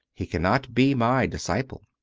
he cannot be my disciple.